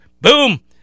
Boom